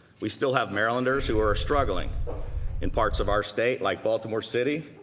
we still have marylanders who are struggleing in parts of our state like baltimore city,